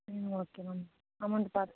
okay ma'am amount பார்த்து